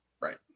right